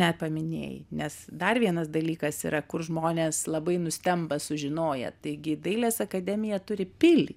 nepaminėjai nes dar vienas dalykas yra kur žmonės labai nustemba sužinoję taigi dailės akademija turi pilį